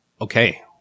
Okay